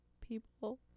people